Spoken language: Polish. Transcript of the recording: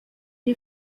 nie